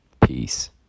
Peace